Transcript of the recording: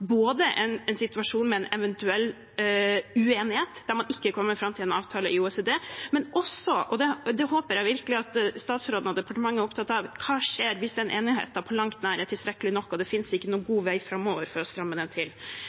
både en situasjon med en eventuell uenighet der man ikke kommer fram til en avtale i OECD, og – og det håper jeg virkelig at statsråden og departementet er opptatt av – det som skjer hvis den enigheten ikke på langt nær er tilstrekkelig og det ikke finnes en god måte framover å stramme den til